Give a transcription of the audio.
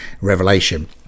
revelation